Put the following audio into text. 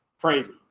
Crazy